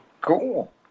cool